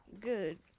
Good